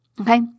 Okay